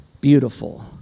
beautiful